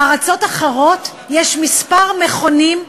בארצות אחרות יש כמה מכונים,